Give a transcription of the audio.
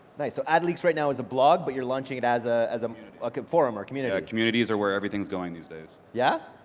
okay, so adleaks right now is a blog but you're launching it as ah as um like a forum or community? communities are where everything's going these days. yeah?